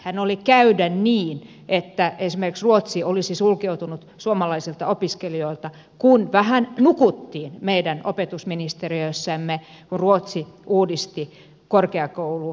valitettavastihan oli käydä niin että esimerkiksi ruotsi olisi sulkeutunut suomalaisilta opiskelijoilta kun vähän nukuttiin meidän opetusministeriössämme kun ruotsi uudisti korkeakoulusääntöjään